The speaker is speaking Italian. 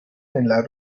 nella